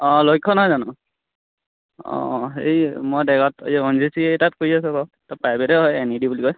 অঁ লক্ষ্য নহয় জানো অঁ হেৰি মই দেৰগাঁওত এই অ' এন জি চি তাত কৰি আছো বাৰু তাত প্ৰাইভেটেই হয় এন ই ডি বুলি কয়